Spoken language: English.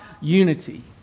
unity